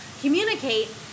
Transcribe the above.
communicate